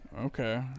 Okay